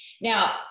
Now